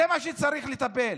זה מה שצריך לטפל